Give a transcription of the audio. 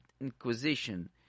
inquisition